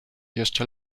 jeszcze